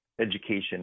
education